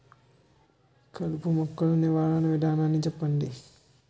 కలుపు మొక్కలు నివారణ విధానాన్ని చెప్పండి?